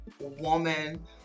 woman